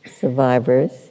survivors